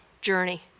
journey